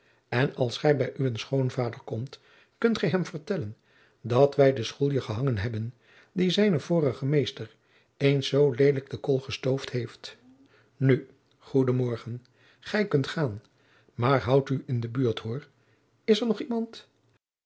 en als gij bij uwen schoonvader komt kunt gij hem vertellen dat wij den schoelje gehangen hebben die zijnen vorigen meester eens zoo lelijk de kool gestoofd heeft nu goeden morgen gij kunt gaan maar houd u in de buurt hoor is er nog iemand